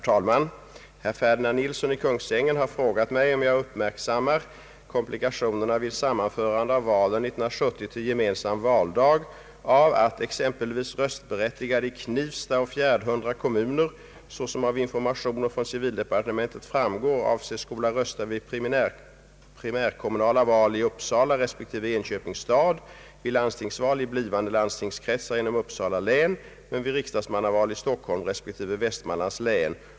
»Uppmärksammar Statsrådet komplikationerna vid sammanförande av valen 1970 till gemensam valdag av att exempelvis röstberättigade i Knivsta och Fjärdhundra kommuner såsom av informationer från civildepartementet framgår avses skola rösta vid primärkommunala val i Uppsala respektive Enköpings stad, vid landstingsval i blivande landstingskretsar inom Uppsala län men vid riksdagsmannaval i Stockholms respektive Västmanlands län?